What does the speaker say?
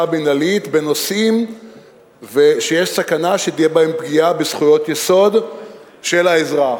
מינהלית בנושאים שיש סכנה שתהיה בהם פגיעה בזכויות יסוד של האזרח,